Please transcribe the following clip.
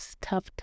tough